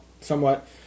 somewhat